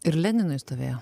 ir leninui stovėjo